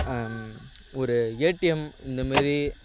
ஒரு ஏடிஎம் இந்த மாரி